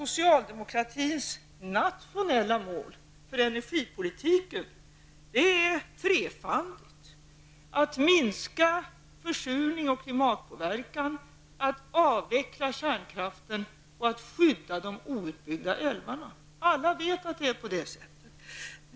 Socialdemokratins nationella mål för energipolitiken är trefaldigt -- att minska försurning och klimatpåverkan, att avveckla kärnkraften och att skydda de outbyggda älvarna. Alla vet att det är så.